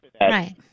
right